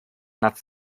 nad